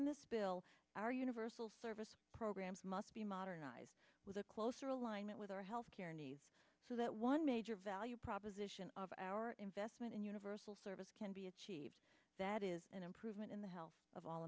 in this bill are universal service programs must be modernized with a closer alignment with our healthcare needs so that one major value problem our investment in universal service can be achieved that is an improvement in the health of all